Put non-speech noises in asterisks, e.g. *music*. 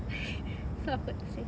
*noise* so awkward seh